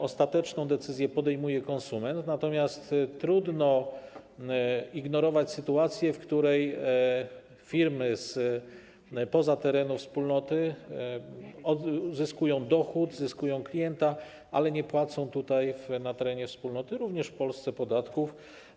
Ostateczną decyzję podejmuje konsument, natomiast trudno ignorować sytuację, w której firmy spoza terenów wspólnoty zyskują dochód, klienta, ale nie płacą na terenie wspólnoty - również w Polsce - podatków.